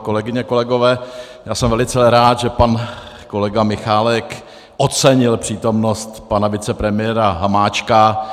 Kolegyně, kolegové, já jsem velice rád, že pan kolega Michálek ocenil přítomnost pana vicepremiéra Hamáčka.